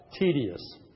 tedious